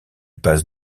passe